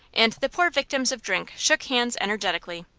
and the poor victims of drink shook hands energetically.